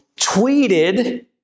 tweeted